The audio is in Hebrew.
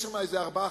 יש שם איזה ארבעה,